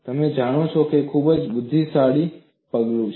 તમે જાણો છો કે તે ખૂબ જ બુદ્ધિશાળી પગલું છે